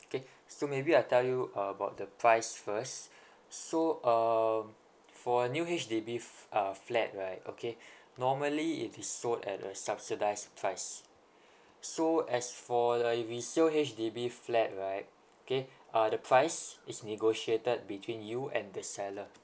K so maybe I'll tell you about the price first so um for a new H_D_B f~ uh flat right okay normally it is sold at a subsidised price so as for like resale H_D_B flat right K uh the price is negotiated between you and the seller